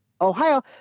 Ohio—